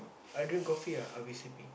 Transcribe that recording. I drink coffee ah I'll be sleepy